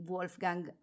Wolfgang